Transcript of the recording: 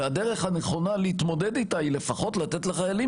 והדרך הנכונה להתמודד איתה היא לפחות לתת לחיילים